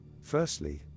firstly